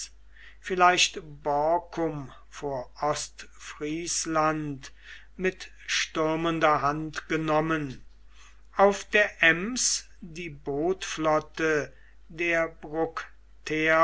vielleicht borkum vor ostfriesland mit stürmender hand genommen auf der ems die bootflotte der